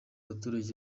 abaturage